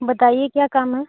बताइए क्या काम है